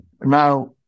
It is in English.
Now